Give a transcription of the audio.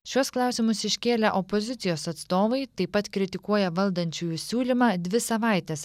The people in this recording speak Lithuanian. šiuos klausimus iškėlė opozicijos atstovai taip pat kritikuoja valdančiųjų siūlymą dvi savaites